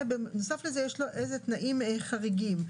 ובנוסף לזה יש לו תנאים חריגים,